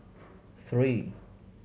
three